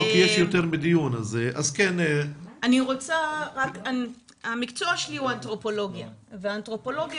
המקצוע שלי הוא אנתרופולוגיה והאנתרופולוגיה